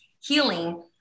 healing